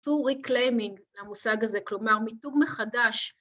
‫תעשו reclaiming למושג הזה, ‫כלומר, מיתוג מחדש.